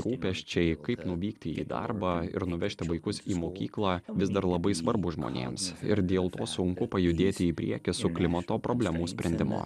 rūpesčiai kaip nuvykti į darbą ir nuvežti vaikus į mokyklą vis dar labai svarbu žmonėms ir dėl to sunku pajudėti į priekį su klimato problemų sprendimu